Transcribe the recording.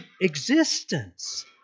existence